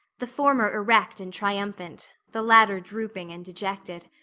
the former erect and triumphant, the latter drooping and dejected.